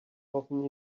often